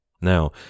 Now